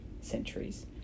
centuries